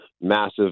massive